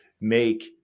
make